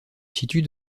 situe